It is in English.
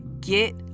Get